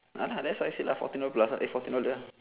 ah that's what I say lah fourteen over plus eh fourteen dollar